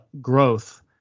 growth